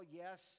yes